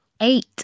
eight